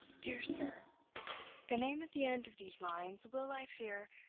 dear sir the name at the end of these lines will, i fear,